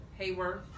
Hayworth